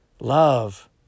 love